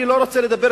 אני לא רוצה לדבר,